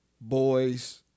boys